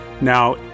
Now